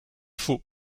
faux